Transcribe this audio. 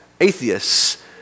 atheists